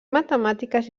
matemàtiques